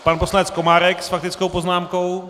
Pan poslanec Komárek s faktickou poznámkou.